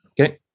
Okay